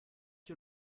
que